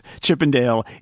Chippendale